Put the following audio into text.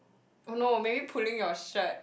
oh no maybe pulling your shirt